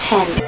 Ten